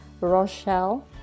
Rochelle